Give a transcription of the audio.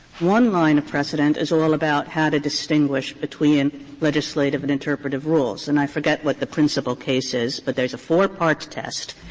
one line of precedent is all about how to distinguish between legislative and interpretative rules, and i forget what the principal case is but there is a four-part test,